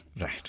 Right